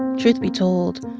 and truth be told,